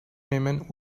nehmen